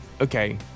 okay